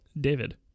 David